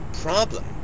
problem